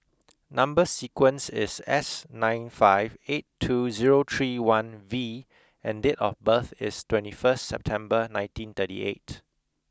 number sequence is S nine five eight two zero three one V and date of birth is twenty first September nineteen thirty eight